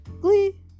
glee